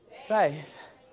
faith